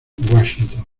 washington